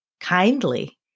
kindly